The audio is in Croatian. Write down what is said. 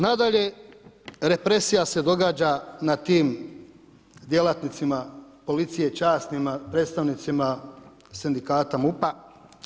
Nadalje, represija se događa na tim djelatnicima policije časnima, predstavnicima sindikata MUP-a.